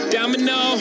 Domino